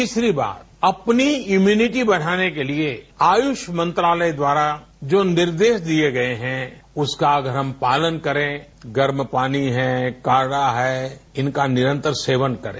तीसरी बात अपनी इम्यूनिटी बढ़ाने के लिए आयुष मंत्रालय द्वारा जो निर्देश दिए गए हैं उसका अगर हम पालन करें गर्म पानी है काढ़ा है इनका निरंतर सेवन करें